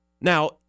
Now